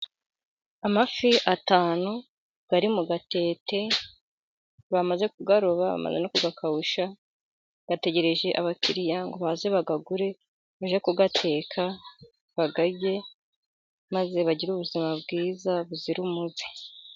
Amafi atanu ari mu gatete，bamaze kuyaroba， bamaze no kuyakabusha，bategereje abakiriya ngo baze bayagure， bage kuyateka bayarye， maze bagire ubuzima bwiza buzira umuze.